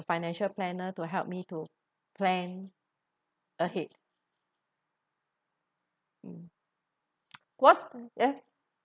financial planner to help me to plan ahead what's uh